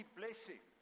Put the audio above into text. blessing